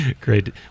Great